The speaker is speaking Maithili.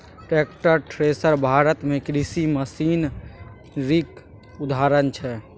टैक्टर, थ्रेसर भारत मे कृषि मशीनरीक उदाहरण छै